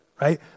Right